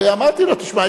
ואמרתי לו: תשמע,